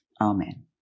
Amen